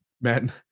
men